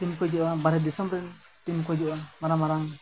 team ᱠᱚ ᱦᱤᱡᱩᱜᱼᱟ ᱵᱟᱨᱦᱮ ᱫᱤᱥᱚᱢ ᱨᱮ ᱴᱤᱢ ᱠᱚ ᱦᱤᱡᱩᱜᱼᱟ ᱢᱟᱨᱟᱝ ᱢᱟᱨᱟᱝ